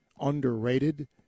underrated